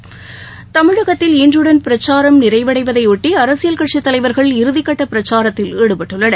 பிரச்சாரம் round up தமிழகத்தில் இன்றுடன் பிரச்சாரம் நிறைவடைவதையொட்டி அரசியல் கட்சித் தலைவர்கள் இறுதிக்கட்ட பிரச்சாரத்தில் ஈடுபட்டுள்ளனர்